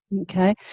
Okay